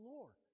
Lord